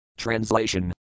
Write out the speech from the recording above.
Translation